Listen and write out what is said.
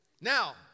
Now